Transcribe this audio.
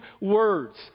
words